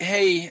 Hey